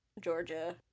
Georgia